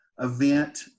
event